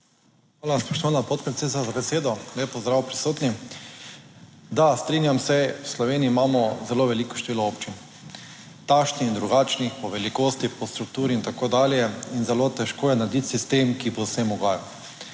Hvala, spoštovana podpredsednica za besedo. Lep pozdrav prisotnim! Da, strinjam se, v Sloveniji imamo zelo veliko število občin, takšnih in drugačnih, po velikosti, po strukturi in tako dalje in zelo težko je narediti sistem, ki povsem ugaja.